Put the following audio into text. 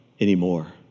anymore